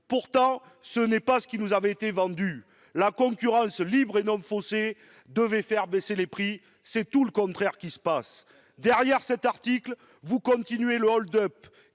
Pourtant, ce n'est pas ce qui nous avait été vendu. La concurrence libre et non faussée devait faire baisser les prix. C'est tout le contraire qui se passe ! Au travers de cet article, vous prolongez le hold-up